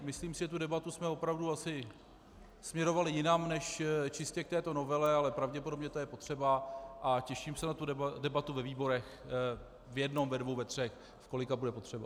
Myslím si, že tu debatu jsme opravdu asi směrovali jinam než čistě k této novele, ale pravděpodobně to je potřeba, a těším se na debatu ve výborech v jednom, ve dvou, ve třech, v kolika bude potřeba.